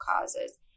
causes